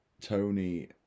Tony